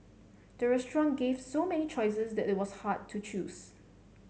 the restaurant gave so many choices that it was hard to choose